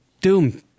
doom